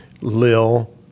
lil